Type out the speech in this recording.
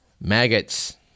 maggots